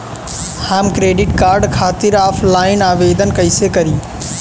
हम credit card खातिर offline आवेदन कइसे करि?